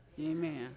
Amen